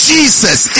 Jesus